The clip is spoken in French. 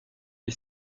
est